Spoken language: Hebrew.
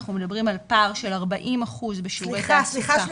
אנחנו מדברים על פער של ארבעים אחוז בשיעור התעסוקה.